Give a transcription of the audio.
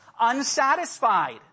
Unsatisfied